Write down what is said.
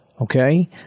Okay